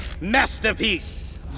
masterpiece